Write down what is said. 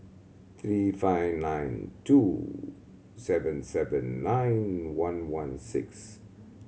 three five nine two seven seven nine one one six